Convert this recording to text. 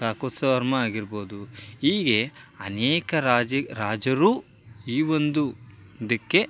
ಕಾಕುಸ್ತವರ್ಮ ಆಗಿರ್ಬೋದು ಹೀಗೆ ಅನೇಕ ರಾಜ ರಾಜರು ಈ ಒಂದು ಇದಕ್ಕೆ